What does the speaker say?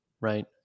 right